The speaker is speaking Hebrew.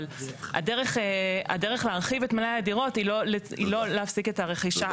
אבל הדרך להרחיב את מלאי הדירות היא לא להפסיק את הרכישה.